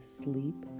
sleep